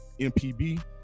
mpb